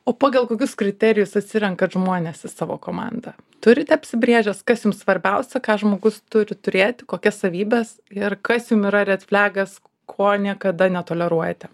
o pagal kokius kriterijus atsirenkat žmones į savo komandą turite apsibrėžęs kas jums svarbiausia ką žmogus turi turėti kokias savybes ir kas jum yra ret flegas ko niekada netoleruojate